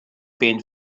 paint